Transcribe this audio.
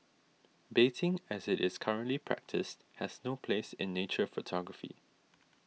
baiting as it is currently practised has no place in nature photography